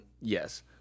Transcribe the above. Yes